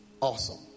awesome